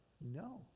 No